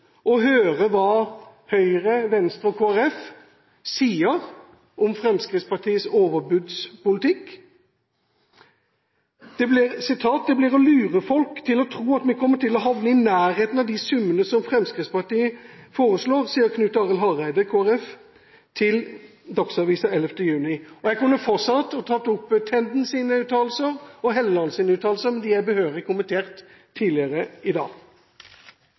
å høre hva Høyre, Venstre og Kristelig Folkeparti sier om Fremskrittspartiets overbudspolitikk. «Det blir å lure folk å tro at vi kommer til å havne i nærheten av de summene som Fremskrittspartiet foreslår.» Det sier Knut Arild Hareide i Kristelig Folkeparti til Dagsavisen 11. juni. Jeg kunne fortsatt med å ta opp Tendens uttalelser og Hellelands uttalelser, men de er behørig kommentert tidligere i dag.